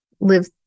live